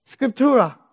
scriptura